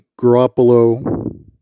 Garoppolo